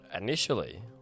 initially